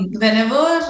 whenever